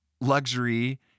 luxury